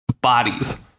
bodies